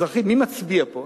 מי מצביע פה?